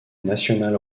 national